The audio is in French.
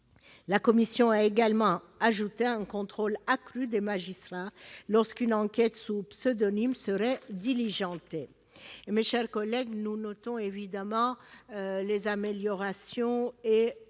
Elle a également accru le contrôle des magistrats lorsqu'une enquête sous pseudonyme sera diligentée. Mes chers collègues, nous notons évidemment les améliorations et